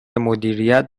مدیریت